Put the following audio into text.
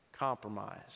compromise